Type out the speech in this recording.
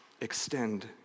extend